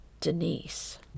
Denise